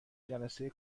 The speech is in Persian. جلسه